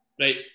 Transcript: right